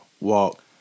walk